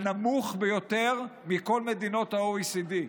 שהוא הנמוך ביותר מכל מדינות ה-OECD.